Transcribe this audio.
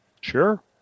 Sure